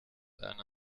eine